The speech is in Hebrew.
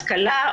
השכלה,